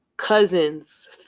Cousins